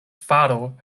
faro